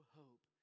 hope